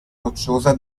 rocciosa